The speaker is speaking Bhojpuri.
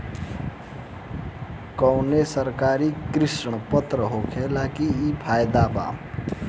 कवनो सरकारी ऋण पत्र होखला के इ फायदा बा